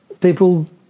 people